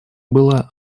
была